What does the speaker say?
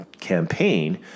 campaign